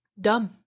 dumb